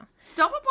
Stop